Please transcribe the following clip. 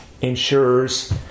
insurers